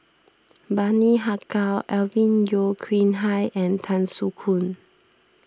Bani Haykal Alvin Yeo Khirn Hai and Tan Soo Khoon